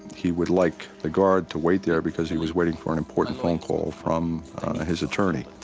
he would like the guard to wait there because he was waiting for an important phone call from his attorney.